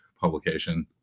publication